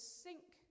sink